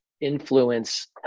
influence